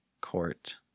court